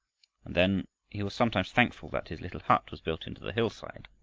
and then he was sometimes thankful that his little hut was built into the hillside,